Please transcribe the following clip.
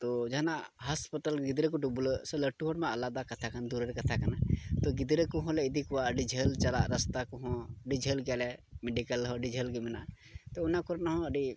ᱛᱚ ᱡᱟᱦᱟᱱᱟᱜ ᱦᱟᱥᱯᱟᱛᱟᱞ ᱜᱤᱫᱽᱨᱟᱹ ᱠᱚ ᱰᱩᱵᱽᱞᱟᱹᱜ ᱥᱮ ᱞᱟᱹᱴᱩ ᱦᱚᱲᱢᱟ ᱟᱞᱟᱫᱟ ᱠᱟᱛᱷᱟ ᱠᱟᱱ ᱫᱩᱨᱮᱨ ᱠᱟᱛᱷᱟ ᱠᱟᱱᱟ ᱛᱚ ᱜᱤᱫᱽᱨᱟᱹ ᱠᱚ ᱦᱚᱸ ᱞᱮ ᱤᱫᱤ ᱠᱚᱣᱟ ᱟᱹᱰᱤ ᱡᱷᱟᱹᱞ ᱪᱟᱞᱟᱜ ᱨᱟᱥᱛᱟ ᱠᱚᱦᱚᱸ ᱟᱹᱰᱤ ᱡᱷᱟᱹᱞ ᱜᱮᱭᱟ ᱞᱮ ᱢᱮᱹᱰᱤᱠᱮᱞ ᱦᱚᱸ ᱟᱹᱰᱤ ᱡᱷᱟᱹᱞ ᱜᱮ ᱢᱮᱱᱟᱜᱼᱟ ᱛᱚ ᱚᱱᱟ ᱠᱚᱨᱮᱜ ᱦᱚᱸ ᱟᱹᱰᱤ